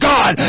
God